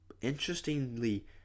interestingly